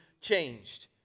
changed